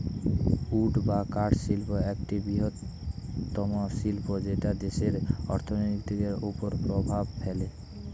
would বা কাঠ শিল্প একটি বৃহত্তম শিল্প যেটা দেশের অর্থনীতির ওপর অনেক প্রভাব ফেলে